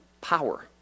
power